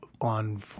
on